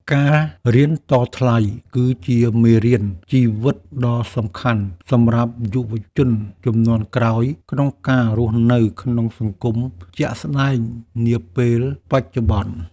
ការរៀនតថ្លៃ គឺជាមេរៀនជីវិតដ៏សំខាន់សម្រាប់យុវជនជំនាន់ក្រោយក្នុងការរស់នៅក្នុងសង្គមជាក់ស្ដែងនាពេលបច្ចុប្បន្ន។